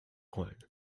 rollen